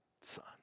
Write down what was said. son